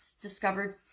discovered